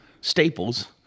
staples